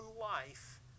life